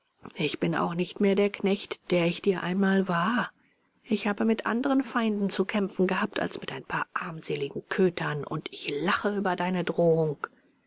ich bin auch nicht mehr der knecht der ich dir einmal war ich habe mit anderen feinden zu kämpfen gehabt als mit ein paar armseligen kötern und ich lache über deine drohung